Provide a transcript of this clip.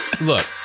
Look